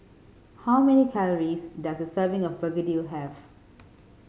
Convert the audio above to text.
how many calories does a serving of begedil have